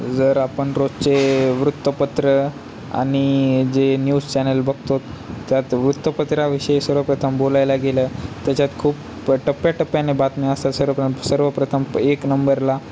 जर आपण रोजचे वृत्तपत्र आणि जे न्यूज चॅनल बघतो त्यात वृत्तपत्राविषयी सर्वप्रथम बोलायला गेलं त्याच्यात खूप टप्प्या टप्प्याने बातम्या असतात सर्वप्र सर्वप्रथम एक नंबरला